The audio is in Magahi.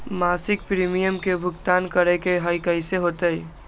मासिक प्रीमियम के भुगतान करे के हई कैसे होतई?